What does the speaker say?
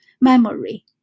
memory